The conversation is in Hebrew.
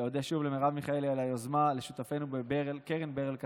ואודה שוב למרב מיכאלי על היוזמה ולשותפינו בקרן ברל כצנלסון.